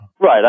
Right